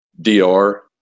DR